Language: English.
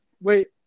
Wait